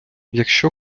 якщо